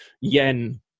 yen